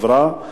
עברה,